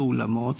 באולמות,